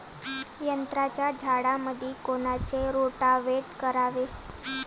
संत्र्याच्या झाडामंदी कोनचे रोटावेटर करावे?